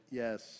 yes